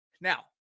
Now